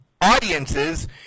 audiences